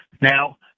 Now